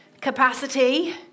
capacity